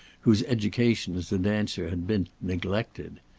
whose education as a dancer had been neglected.